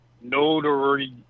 notary